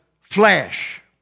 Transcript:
flesh